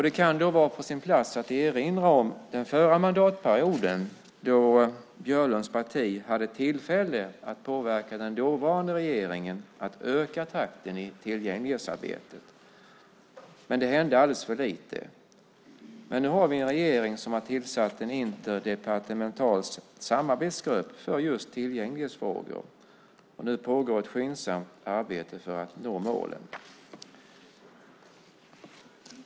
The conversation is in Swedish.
Det kan vara på sin plats att erinra om den förra mandatperioden då Björlunds parti hade tillfälle att påverka den dåvarande regeringen att öka takten i tillgänglighetsarbetet. Men det hände alldeles för lite. Nu har vi en regering som har tillsatt en interdepartemental samarbetsgrupp för just tillgänglighetsfrågor. Det pågår ett skyndsamt arbete för att nå målen.